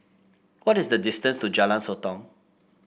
what is the distance to Jalan Sotong